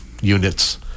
units